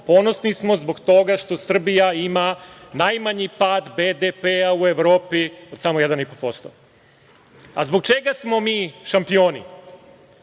ponosni smo zbog toga što Srbija ima najmanji pad BDP-a u Evropi, samo 1,5%. A zbog čega smo mi šampioni?